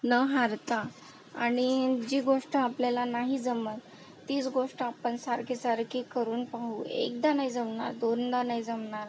न हारता आणि जी गोष्ट आपल्याला नाही जमत तीच गोष्ट आपण सारखी सारखी करून पाहू एकदा नाही जमणार दोनदा नाही जमणार